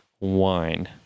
wine